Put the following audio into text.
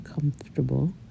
comfortable